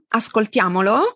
ascoltiamolo